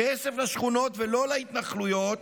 כסף לשכונות ולא להתנחלויות,